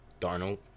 Darnold